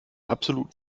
absoluten